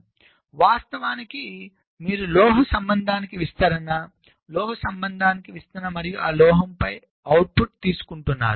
కాబట్టి వాస్తవానికి మీరు లోహ సంబంధానికి విస్తరణ లోహ సంబంధానికి విస్తరణ మరియు లోహంపై అవుట్పుట్ తీసుకుంటున్నారు